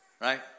right